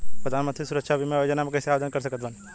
प्रधानमंत्री सुरक्षा बीमा योजना मे कैसे आवेदन कर सकत बानी?